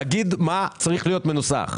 תגיד מה צריך להיות מנוסח.